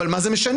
אבל מה זה משנה,